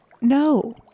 No